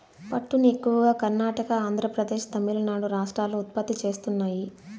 పట్టును ఎక్కువగా కర్ణాటక, ఆంద్రప్రదేశ్, తమిళనాడు రాష్ట్రాలు ఉత్పత్తి చేస్తున్నాయి